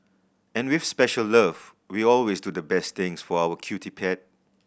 and with special love we always do the best things for our cutie pet